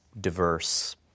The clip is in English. diverse